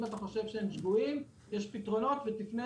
אם אתה חושב שהם שגויים יש פתרונות ותפנה